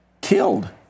killed